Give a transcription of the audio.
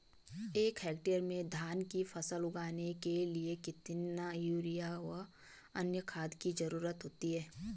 एक हेक्टेयर में धान की फसल उगाने के लिए कितना यूरिया व अन्य खाद की जरूरत होती है?